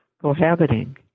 cohabiting